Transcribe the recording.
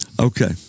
Okay